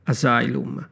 Asylum